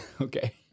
Okay